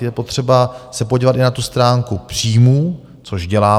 Je potřeba se podívat i na tu stránku příjmů, což děláme.